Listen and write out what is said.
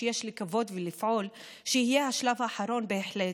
שיש לקוות ולפעול שיהיה השלב האחרון בהחלט,